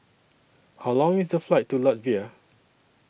How Long IS The Flight to Latvia